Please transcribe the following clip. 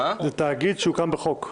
זה תאגיד שהוקם בחוק.